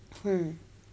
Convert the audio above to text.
hmm